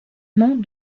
monts